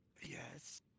Yes